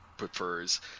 prefers